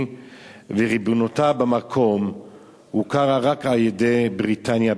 וריבונותה במקום הוכרה רק על-ידי בריטניה.